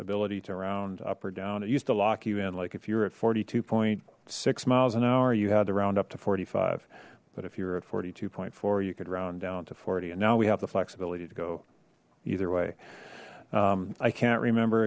ability to round up or down it used to lock you in like if you're at forty two point six miles an hour you had to round up to forty five but if you're at forty two point four you could round down to forty and now we have the flexibility to go either way i can't remember